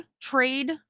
trade